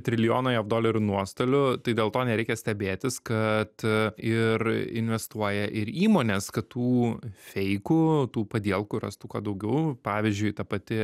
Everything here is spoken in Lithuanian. trilijono jav dolerių nuostolių tai dėl to nereikia stebėtis kad ir investuoja ir įmonės kad tų feikų tų padielkų rastų kuo daugiau pavyzdžiui ta pati